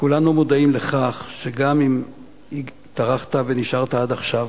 כולנו מודעים לכך שטרחת ונשארת עד עכשיו,